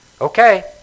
Okay